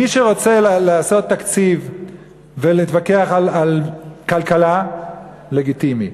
מי שרוצה לעשות תקציב ולהתווכח על כלכלה, לגיטימי.